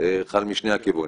אחד משני הכיוונים.